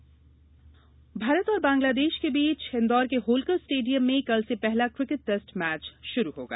cricket Bharat और बांग्लादेश के बीच इन्दौर के होलकर स्टेडियम में कल से पहला किकेट टेस्ट मैच प्रारंभ होगा